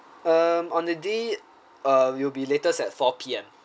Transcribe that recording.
um on the day uh we'll be latest at four P_M